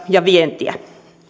ja vientiä